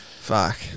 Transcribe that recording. Fuck